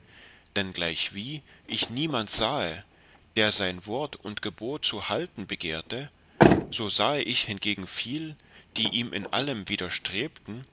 dann gleichwie ich niemand sahe der sein wort und gebot zu halten begehrte also sahe ich hingegen viel die ihm in allem widerstrebten